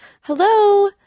hello